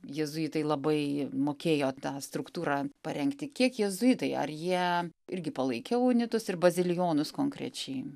jėzuitai labai mokėjo tą struktūrą parengti kiek jėzuitai ar jie irgi palaikė unitus ir bazilijonus konkrečiai